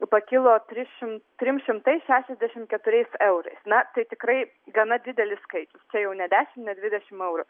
pakilo tris šim trim šimtais šešiasdešim keturiais eurais na tai tikrai gana didelis skaičius čia jau ne dešim ne dvidešim eurų